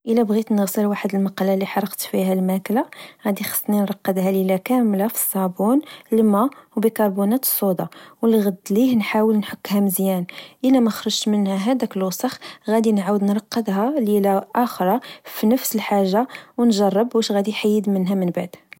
إلا بغيت نغسل واحد المقلة لحرقت فيها الماكلة، غدي خصني نرقدها ليلة كاملة في الصبون، لما وبكربونات الصودا، ولغد ليه نحاول نحكها مزيان، إلا مخرجش منها هداك الوسخ، غدي نعود نرقدها ليلة أخرى فنفس الحاجة، ونجرب واش غدي يحيد منها من بعد